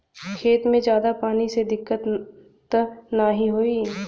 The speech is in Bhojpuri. खेत में ज्यादा पानी से दिक्कत त नाही होई?